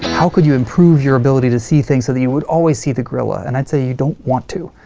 how could you improve your ability to see things so that you would always see the gorilla? and i'd say, you don't want to.